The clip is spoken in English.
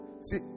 see